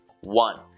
One